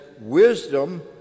wisdom